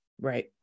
Right